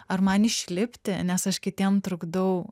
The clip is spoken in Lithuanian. ar man išlipti nes aš kitiems trukdau